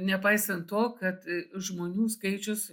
nepaisant to kad žmonių skaičius